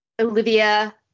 Olivia